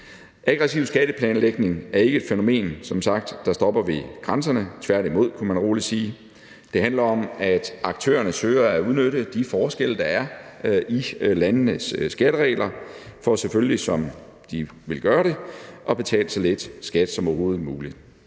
Aggressiv skatteplanlægning er som sagt ikke et fænomen, der stopper ved grænserne, tværtimod, kunne man roligt sige, det handler om, at aktørerne søger at udnytte de forskelle, der er i landenes skatteregler for selvfølgelig – som de ville gøre det – at betale så lidt skat som overhovedet muligt.